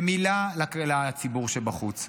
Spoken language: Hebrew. ומילה לציבור שבחוץ.